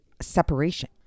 separation